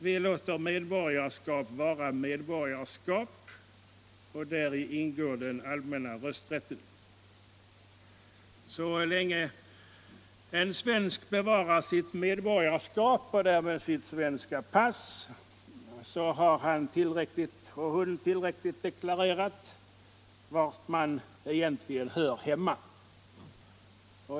Vi låter medborgarskap vara medborgarskap, och däri ingår den allmänna rösträtten. Så länge en svensk bevarar sitt medborgarskap, och därmed sitt svenska pass, har han eller hon tillräckligt deklarerat var han eller hon egentligen hör hemma.